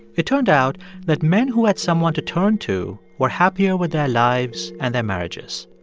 it turned out that men who had someone to turn to were happier with their lives and their marriages.